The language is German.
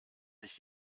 sich